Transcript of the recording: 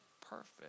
perfect